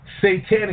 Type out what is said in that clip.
satanic